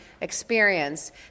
experience